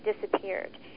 disappeared